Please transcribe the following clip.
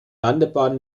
landebahn